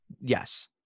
Yes